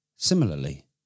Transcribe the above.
Similarly